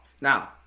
Now